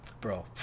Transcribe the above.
bro